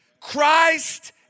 Christ